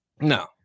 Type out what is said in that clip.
No